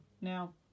now